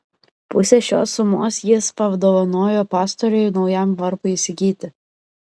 pusę šios sumos jis padovanojo pastoriui naujam varpui įsigyti